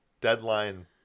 deadline